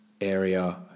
area